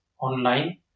online